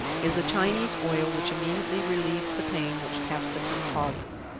is a chinese oil which immediately relieves the pain which capsicum causes.